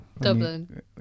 Dublin